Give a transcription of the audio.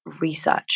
research